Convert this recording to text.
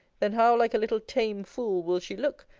then, how like a little tame fool will she look,